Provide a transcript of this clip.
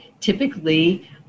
typically